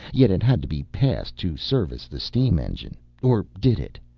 yet it had to be passed to service the steam engine or did it?